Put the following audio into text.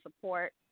support